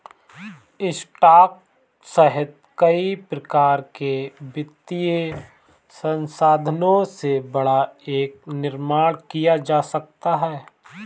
stock सहित कई प्रकार के वित्तीय साधनों से बाड़ा का निर्माण किया जा सकता है